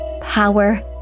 power